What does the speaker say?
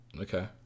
Okay